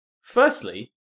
firstly